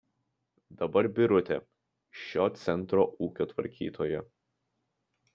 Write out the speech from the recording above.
dabar birutė šio centro ūkio tvarkytoja